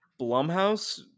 Blumhouse